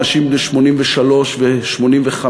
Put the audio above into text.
אנשים בני 83 ו-85,